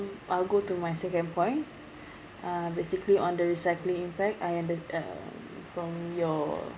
I'll go to my second point uh basically on the recycling impact I ended uh from your